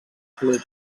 club